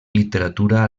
literatura